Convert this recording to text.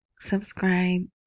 Subscribe